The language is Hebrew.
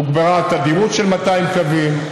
תוגברה התדירות של 200 קווים,